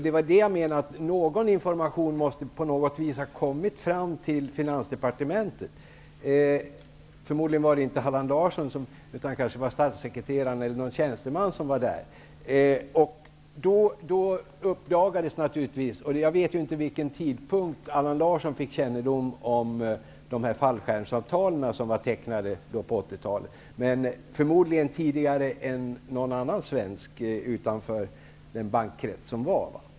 Jag menade alltså att någon information måste på något vis ha kommit fram till finansdepartementet. Det var förmodligen inte Allan Larsson, utan kanske en statssekreterare eller någon tjänsteman som var där när det uppdagades. Jag vet ju inte vid vilken tidpunkt Allan Larsson fick kännedom om de här fallskärmsavtalen som var tecknade på 1980-talet, men det var förmodligen tidigare än någon annan svensk utanför bankkretsen.